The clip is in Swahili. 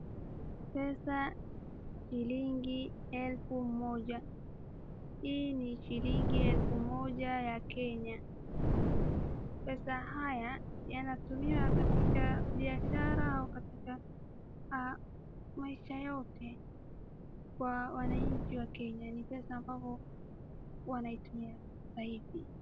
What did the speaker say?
Pesa shilingi elfu moja. Hii ni shilingi elfu moja ya Kenya. Pesa haya yanatumiwa katika biashara au katika maisha yote kwa wananchi wa Kenya. Ni pesa ambavyo wanaitumia zaidi.